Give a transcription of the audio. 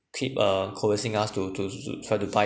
keep uh coercing us to to try to buy